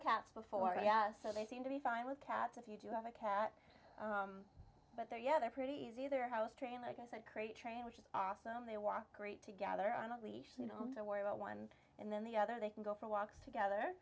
cats before yeah so they seem to be fine with cats if you do have a cat but they're yeah they're pretty easy they're house trained i guess at crate training which is awesome they walk great together on a leash you know to worry about one and then the other they can go for walks together